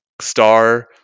star